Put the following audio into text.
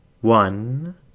one